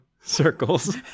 circles